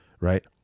right